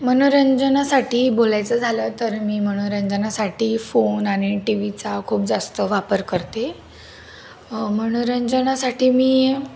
मनोरंजनासाठी बोलायचं झालं तर मी मनोरंजनासाठी फोन आणि टी व्हीचा खूप जास्त वापर करते मनोरंजनासाठी मी